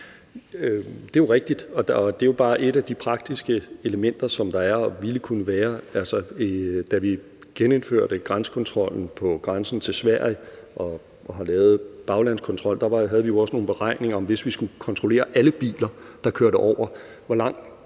Det er jo rigtigt, og det er bare et af de praktiske elementer, som der er og ville kunne være. Altså, da vi genindførte grænsekontrollen til Sverige og lavede baglandskontrol, havde vi jo også nogle beregninger for, hvor lang tid folk ville holde i kø, hvis vi